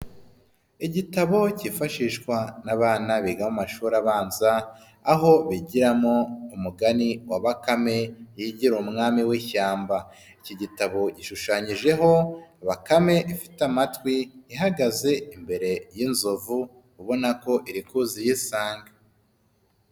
Igitabo cyifashishwa n'abana biga amashuri abanza, aho bigiramo umugani wa bakame, yigira umwami w'ishyamba. Iki gitabo gishushanyijeho bakame ifite amatwi, ihagaze imbere y'inzovu, ubona ko iri kuza iyisanga.